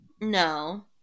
No